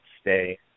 stay